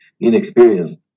inexperienced